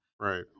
Right